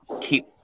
keep